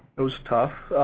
it was tough.